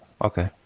okay